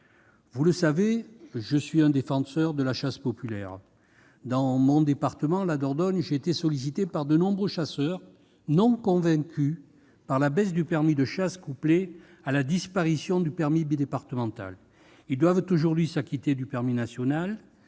Vous le savez, je suis un défenseur de la chasse populaire. Dans mon département, la Dordogne, j'ai été sollicité par de nombreux chasseurs qui n'étaient pas convaincus par la baisse du prix du permis de chasse national couplée à la disparition du permis bi-départemental. Ces chasseurs doivent aujourd'hui s'acquitter du permis national